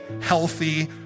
healthy